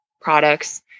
products